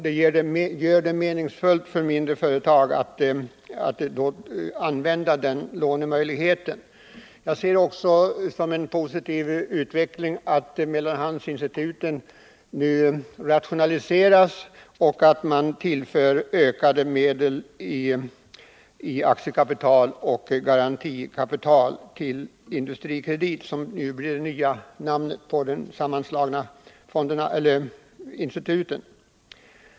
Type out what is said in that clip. Detta gör det meningsfullt för mindre företag att använda den lånemöjligheten. Jag ser det också som en positiv utveckling att mellanhandsinstituten nu rationaliseras liksom att man ökar aktiekapitalet och garantikapitalet för Industrikredit AB, som blir det nya namnet på de sammanslagna instituten.